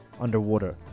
underwater